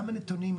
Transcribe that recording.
כמה נתונים,